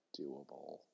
doable